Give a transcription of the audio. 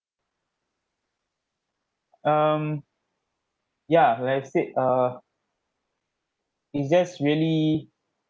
um ya like I said uh it's just really